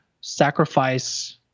sacrifice